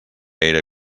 era